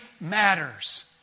matters